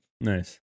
nice